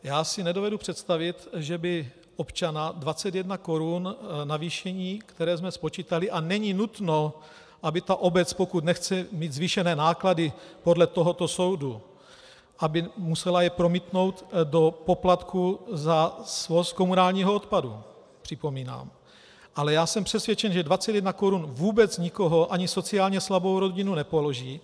Já si nedovedu představit, že by občana 21 korun navýšení, které jsme spočítali, a není nutno, aby obec, pokud nechce mít zvýšené náklady podle tohoto soudu, je musela promítnout do poplatku za svoz komunálního odpadu, připomínám, ale jsem přesvědčen, že 21 korun vůbec nikoho, ani sociálně slabou rodinu nepoloží.